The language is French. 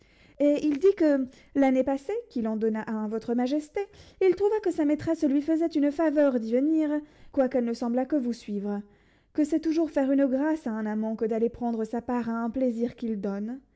et il dit que l'année passée qu'il en donna un à votre majesté il trouva que sa maîtresse lui faisait une faveur d'y venir quoiqu'elle ne semblât que vous y suivre que c'est toujours faire une grâce à un amant que d'aller prendre sa part a un plaisir qu'il donne